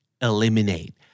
Eliminate